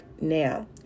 now